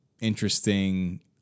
interesting